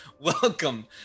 Welcome